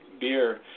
beer